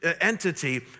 entity